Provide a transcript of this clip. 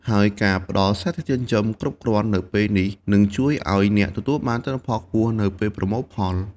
ហើយការផ្តល់សារធាតុចិញ្ចឹមគ្រប់គ្រាន់នៅពេលនេះនឹងជួយឱ្យអ្នកទទួលបានទិន្នផលខ្ពស់នៅពេលប្រមូលផល។